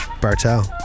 Bartel